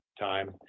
time